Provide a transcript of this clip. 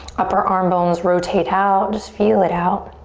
upper arm bones rotate out, just feel it out.